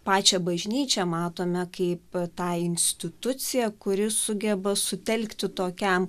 pačią bažnyčią matome kaip tą instituciją kuri sugeba sutelkti tokiam